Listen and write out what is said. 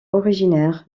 originaires